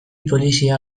polizia